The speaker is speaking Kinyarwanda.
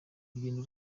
urugendo